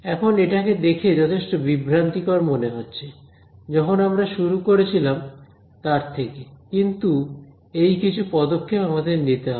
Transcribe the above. এখন এটাকে দেখে যথেষ্ট বিভ্রান্তিকর মনে হচ্ছে যখন আমরা শুরু করেছিলাম তার থেকে কিন্তু এই কিছু পদক্ষেপ আমাদের নিতে হবে